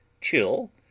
chill